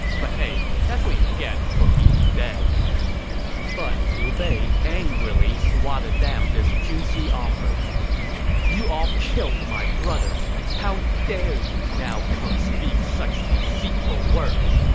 but hey that's what you get for being dead but liu bei angrily swatted down this juicy offer you all killed my brothers. how dare you now come speak such deceitful words!